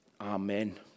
Amen